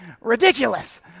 Ridiculous